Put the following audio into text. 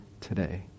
today